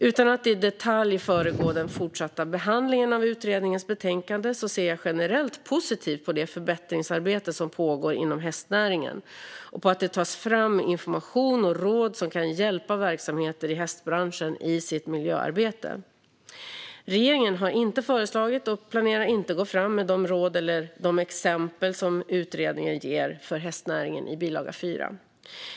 Utan att i detalj föregå den fortsatta behandlingen av utredningens betänkande ser jag generellt positivt på det förbättringsarbete som pågår inom hästnäringen och på att det tas fram information och råd som kan hjälpa verksamheter i hästbranschen i deras miljöarbete. Regeringen har inte föreslagit och planerar inte att gå fram med de råd eller de exempel som utredningen ger för hästnäringen i bilaga 4.